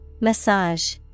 Massage